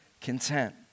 content